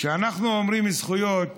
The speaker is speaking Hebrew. כשאנחנו אומרים זכויות,